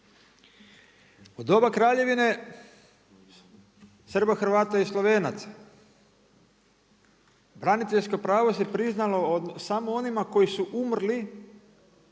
U doba Kraljevine Srba, Hrvata i Slovenaca braniteljsko pravo se priznalo samo onima koji su umrli